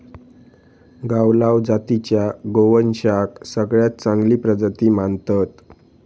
गावलाव जातीच्या गोवंशाक सगळ्यात चांगली प्रजाती मानतत